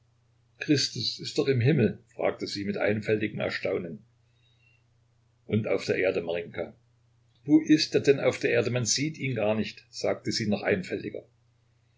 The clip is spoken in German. christus ist doch im himmel fragte sie mit einfältigem erstaunen und auf der erde marinjka wo ist er denn auf der erde man sieht ihn gar nicht sagte sie noch einfältiger